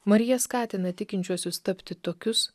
marija skatina tikinčiuosius tapti tokius